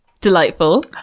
Delightful